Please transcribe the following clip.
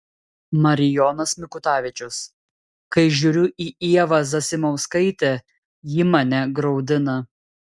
marijonas mikutavičius kai žiūriu į ievą zasimauskaitę ji mane graudina